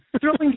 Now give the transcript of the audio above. throwing